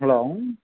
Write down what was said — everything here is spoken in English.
hello